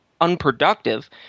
unproductive